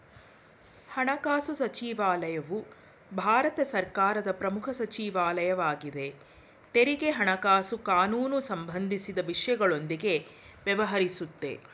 ಹಣಕಾಸುಸಚಿವಾಲಯವು ಭಾರತ ಸರ್ಕಾರದ ಪ್ರಮುಖ ಸಚಿವಾಲಯ ವಾಗಿದೆ ತೆರಿಗೆ ಹಣಕಾಸು ಕಾನೂನುಸಂಬಂಧಿಸಿದ ವಿಷಯಗಳೊಂದಿಗೆ ವ್ಯವಹರಿಸುತ್ತೆ